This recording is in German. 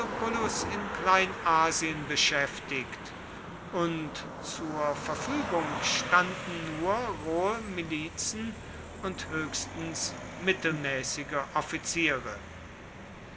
in kleinasien beschäftigt und zur verfügung standen nur rohe milizen und höchstens mittelmäßige offiziere